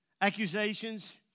accusations